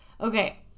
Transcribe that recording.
Okay